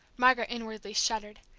margaret inwardly shuddered,